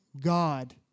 God